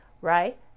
right